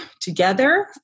together